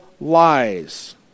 lies